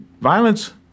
violence